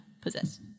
possess